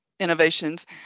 innovations